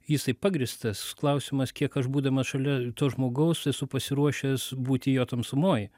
jisai pagrįstas klausimas kiek aš būdamas šalia to žmogaus esu pasiruošęs būti jo tamsumoj